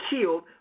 killed